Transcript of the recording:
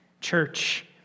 church